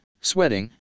sweating